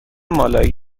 مالایی